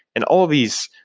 and all of these,